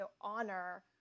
honor